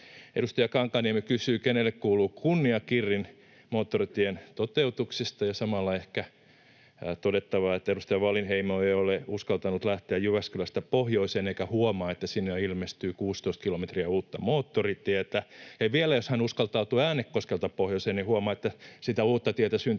Edustaja Kankaanniemi kysyi, kenelle kuuluu kunnia Kirrin moottoritien toteutuksesta — ja samalla ehkä on todettava, että edustaja Wallinheimo ei ole uskaltanut lähteä Jyväskylästä pohjoiseen eikä huomaa, että sinne on ilmestynyt 16 kilometriä uutta moottoritietä. Vielä jos hän uskaltautuu Äänekoskelta pohjoiseen, hän huomaa, että sitä uutta tietä syntyy